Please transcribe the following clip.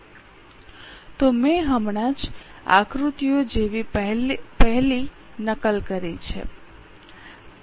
આથી સૌથી પહેલા મે બધા નંબર જેમ છે એમ જ નકલ કર્યા છે